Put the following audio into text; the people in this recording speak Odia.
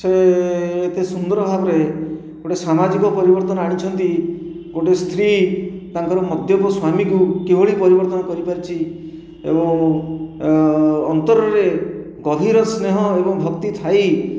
ସେ ଏତେ ସୁନ୍ଦର ଭାବରେ ଗୋଟିଏ ସାମାଜିକ ପରିବର୍ତ୍ତନ ଆଣିଛନ୍ତି ଗୋଟିଏ ସ୍ତ୍ରୀ ତାଙ୍କର ମଦ୍ୟପ ସ୍ୱାମୀଙ୍କୁ କିଭଳି ପରିବର୍ତ୍ତନ କରିପାରିଛି ଏବଂ ଅନ୍ତରରେ ଗଭୀର ସ୍ନେହ ଏବଂ ଭକ୍ତି ଥାଇ